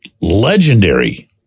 legendary